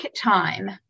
time